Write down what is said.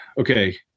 okay